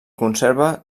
conserva